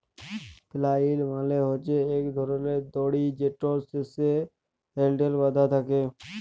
flail মালে হছে ইক ধরলের দড়ি যেটর শেষে হ্যালডেল বাঁধা থ্যাকে